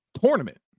tournament